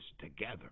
together